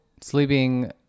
sleeping